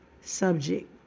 subject